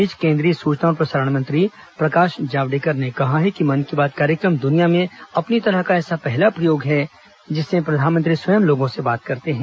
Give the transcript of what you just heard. इस बीच केंद्रीय सूचना और प्रसारण मंत्री प्रकाश जावड़ेकर ने कहा है कि मन की बात कार्यक्रम दुनिया में अपनी तरह का ऐसा पहला प्रयोग है जिसमें प्रधानमंत्री स्वयं लोगों से बात करते हैं